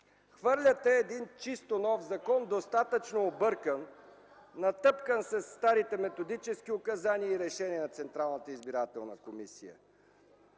Хвърляте един чисто нов закон, достатъчно объркан, натъпкан със старите методически указания и решения на Централната избирателна комисия,